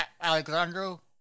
Alexandro